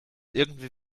irgendwie